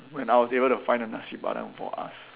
when I was able to find the Nasi-Padang for us